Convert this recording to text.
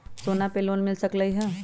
सोना से लोन मिल सकलई ह?